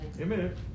Amen